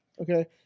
Okay